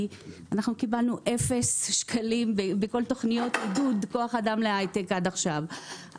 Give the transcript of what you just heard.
אנחנו קיבלנו אפס שקלים בכל תוכניות עידוד כוח אדם להיי-טק עד עכשיו.